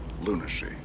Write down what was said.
lunacy